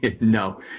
No